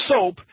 soap